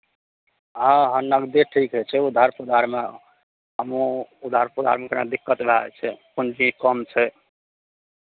हँ हँ नगदे ठीक होइ छै उधार पुधारमे हमहूँ उधार पुधारमे कनि दिक्कत भए जाइ छै कोनो चीज कम छै